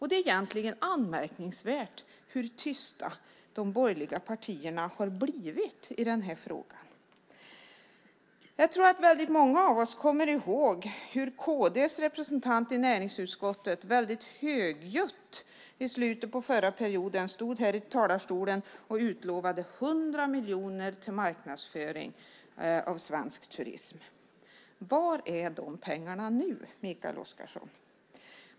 Det är egentligen anmärkningsvärt hur tysta de borgerliga partierna har blivit i den här frågan. Jag tror att väldigt många av oss kommer ihåg hur kd:s representant i näringsutskottet i slutet av förra perioden stod i talarstolen och högljutt utlovade 100 miljoner till marknadsföring av svensk turism. Var är de pengarna nu, Mikael Oscarsson?